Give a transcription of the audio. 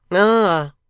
ah!